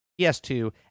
PS2